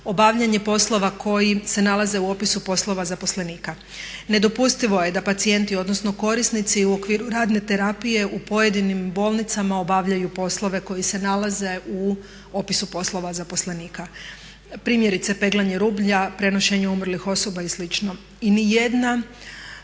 obavljanje poslova koji se nalaze u opisu poslova zaposlenika. Nedopustivo je da pacijenti odnosno korisnici u okviru radne terapije u pojedinim bolnicama obavljaju poslove koji se nalaze u opisu poslova zaposlenika. Primjerice peglanje rublja, prenošenje umrlih osoba i slično. I ni jedna